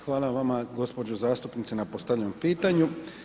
Hvala vama gđo. zastupnice na postavljenom pitanju.